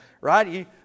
right